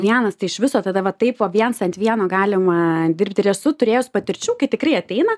vienas tai iš viso tada va taip va viens ant vieno galima dirbti ir esu turėjus patirčių kai tikrai ateina